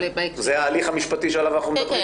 זה ההליך המשפטי שעליו אנחנו מדברים פה.